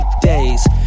days